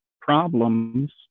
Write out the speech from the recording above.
problems